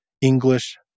English